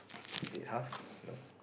is it half nope